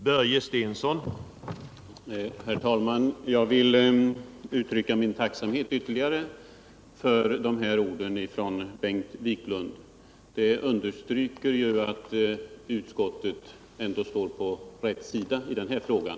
Herr talman! Jag vill ytterligare uttrycka min tacksamhet för dessa ord från Bengt Wiklund. Hans uttalande understryker ju att utskottet ändå står på rätt sida i den här frågan.